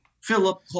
Philip